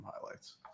highlights